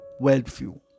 worldview